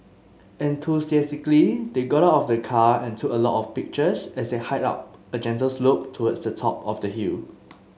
enthusiastically they got out of the car and took a lot of pictures as they hiked up a gentle slope towards the top of the hill